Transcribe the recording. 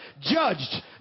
Judged